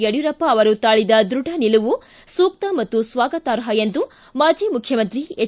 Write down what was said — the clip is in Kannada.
ಯಡಿಯೂರಪ್ಪ ಅವರು ತಾಳಿದ ದೃಢ ನಿಲುವು ಸೂಕ್ತ ಮತ್ತು ಸ್ವಾಗತಾರ್ಹ ಎಂದು ಮಾಜಿ ಮುಖ್ಯಮಂತ್ರಿ ಎಚ್